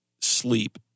sleep